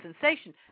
sensation